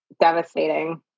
devastating